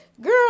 girl